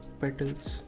petals